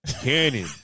cannon